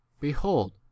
behold